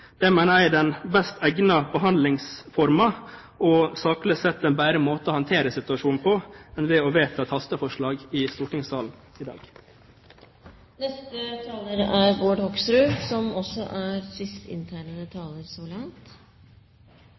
Det mener jeg er den best egnede behandlingsformen og saklig sett en bedre måte å håndtere situasjonen på enn å vedta et hasteforslag i stortingssalen i dag. Først vil jeg si at man kan gjøre som